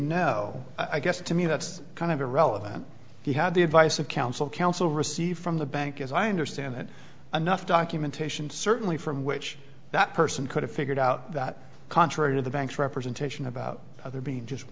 know i guess to me that's kind of irrelevant he had the advice of counsel counsel received from the bank as i understand it anough documentation certainly from which that person could have figured out that contrary to the bank's representation about either be just